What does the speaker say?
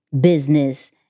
business